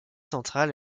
centrale